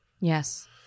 Yes